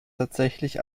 tatsächlich